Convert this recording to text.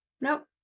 nope